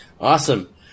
Awesome